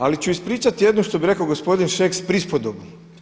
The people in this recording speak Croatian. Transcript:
Ali ću ispričati jednu što bi rekao gospodin Šeks prispodobu.